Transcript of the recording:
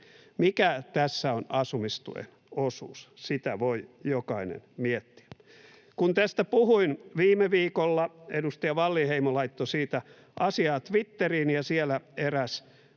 mikä tässä on asumistuen osuus, voi jokainen miettiä. Kun puhuin tästä viime viikolla, edustaja Wallinheimo laittoi siitä asiaa Twitteriin, ja siellä eräs